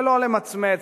בלי למצמץ,